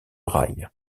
rails